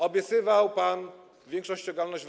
Obiecywał pan większą ściągalność VAT.